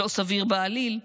לא סביר בעליל.